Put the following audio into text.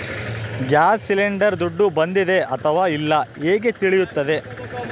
Gas cylinder ದುಡ್ಡು ಬಂದಿದೆ ಅಥವಾ ಇಲ್ಲ ಹೇಗೆ ತಿಳಿಯುತ್ತದೆ?